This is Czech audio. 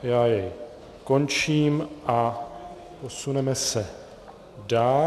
Já jej končím a posuneme se dál.